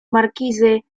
markizy